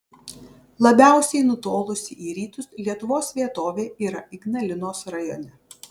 labiausiai nutolusi į rytus lietuvos vietovė yra ignalinos rajone